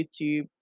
YouTube